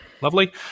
Lovely